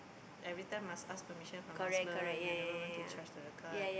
everytime must ask permission from husband whenever want to charge the card